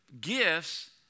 Gifts